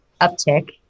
uptick